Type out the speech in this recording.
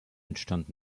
entstand